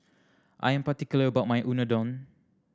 I am particular about my Unadon